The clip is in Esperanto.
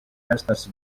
estas